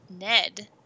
Ned